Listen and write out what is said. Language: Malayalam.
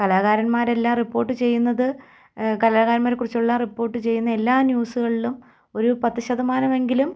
കലാകാരന്മാരെല്ലാം റിപ്പോർട്ട് ചെയ്യുന്നത് കലാകാരന്മാരെക്കുറിച്ചുള്ള റിപ്പോർട്ട് ചെയ്യുന്ന എല്ലാ ന്യൂസുകളിലും ഒരു പത്തു ശതമാനമെങ്കിലും